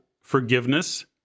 forgiveness